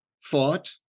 fought